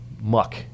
muck